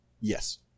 Yes